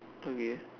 okay